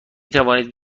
توانید